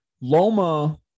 Loma